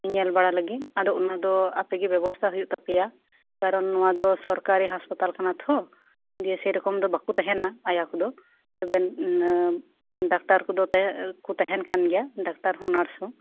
ᱧᱮᱞ ᱵᱟᱲᱟ ᱞᱟᱹᱜᱤᱫ ᱟᱫᱚ ᱚᱱᱟ ᱫᱚ ᱟᱯᱮᱜᱮ ᱵᱮᱵᱚᱥᱛᱟ ᱦᱩᱭᱩᱜ ᱛᱟᱯᱮᱭᱟ ᱠᱟᱨᱚᱱ ᱱᱚᱣᱟ ᱫᱚ ᱥᱚᱨᱠᱟᱨᱤ ᱦᱟᱥᱯᱟᱛᱟᱞ ᱠᱟᱱᱟ ᱛᱳ ᱡᱮ ᱥᱮᱨᱚᱠᱚᱢ ᱫᱚ ᱵᱟᱠᱩ ᱛᱟᱸᱦᱮᱱᱟ ᱟᱭᱟ ᱠᱚᱫᱚ ᱛᱚᱵᱮ ᱰᱟᱠᱛᱟᱨ ᱠᱚᱫᱚ ᱛᱮ ᱛᱟᱸᱦᱮᱱ ᱠᱟᱱ ᱜᱮᱭᱟ ᱰᱟᱠᱛᱟᱨ ᱦᱚᱸ ᱱᱟᱨᱥ ᱦᱚᱸ